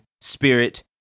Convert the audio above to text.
Spirit